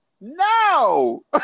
No